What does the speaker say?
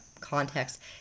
Context